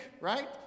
right